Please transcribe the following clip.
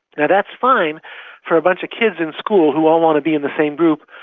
yeah that's fine for a bunch of kids in school who all want to be in the same group,